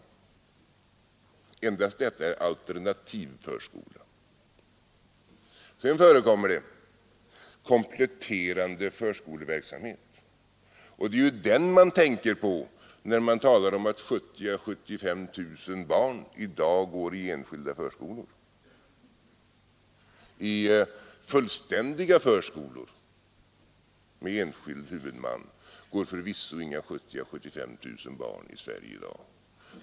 Endast detta är en alternativ förskola. Sedan förekommer kompletterande förskoleverksamhet. Det är den man tänker på, när man talar om att 70 000 å 75 000 barn i dag går i enskilda förskolor. I fullständiga förskolor med enskild huvudman går förvisso inga 70 000 å 75 000 barn i Sverige i dag.